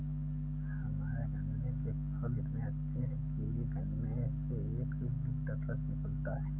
हमारे गन्ने के फसल इतने अच्छे हैं कि एक गन्ने से एक लिटर रस निकालता है